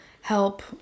help